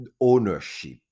ownership